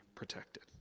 Protected